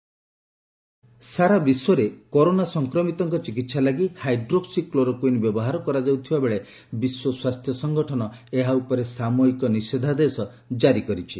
corona ହୁ ସାରା ବିଶ୍ୱରେ କରୋନା ସଂକ୍ରମିତଙ୍କ ଚିକିତ୍ସା ଲାଗି ହାଇଡ୍ରୋକ୍ନି କ୍ଲୋରୋକ୍କଇନ୍ ବ୍ୟବହାର କରାଯାଉଥିବା ବେଳେ ବିଶ୍ୱ ସ୍ୱାସ୍ଥ୍ୟ ସଂଗଠନ ଏହା ଉପରେ ସାମୟିକ ନିଷେଧାଦେଶ ଜାରି କରିଛି